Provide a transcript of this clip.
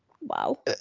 Wow